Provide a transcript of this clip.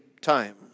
time